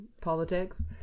politics